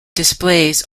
displays